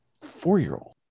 four-year-old